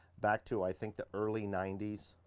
back to i think the early ninety s.